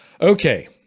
Okay